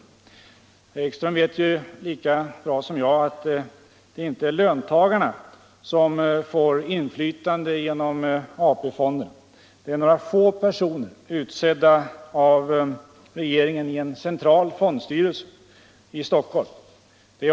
Herr Ekström vet ju lika bra som jag att det inte är löntagarna som får inflytande genom AP-fonden. Det är några få personer, utsedda av regeringen i en central fondstyrelse i Stockholm.